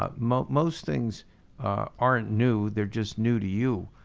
ah most most things aren't new, they're just new to you.